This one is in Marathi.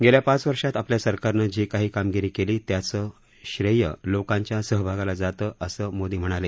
गेल्या पाच वर्षात आपल्या सरकारनं जी काही कामगिरी केली त्याचं श्रेय लोकांच्या सहभागाला जातं असं मोदी म्हणाले